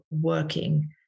working